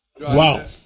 Wow